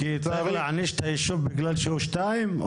כי באו להעניש את הישוב בגלל שהוא שתיים,